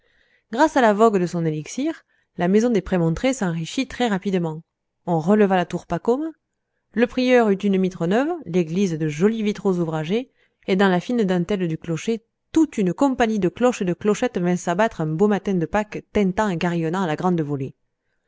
grâce à la vogue de son élixir la maison des prémontrés s'enrichit très rapidement on releva la tour pacôme le prieur eut une mitre neuve l'église de jolis vitraux ouvragés et dans la fine dentelle du clocher toute une compagnie de cloches et de clochettes vint s'abattre un beau matin de pâques tintant et carillonnant à la grande volée